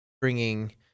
bringing